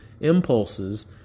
impulses